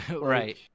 Right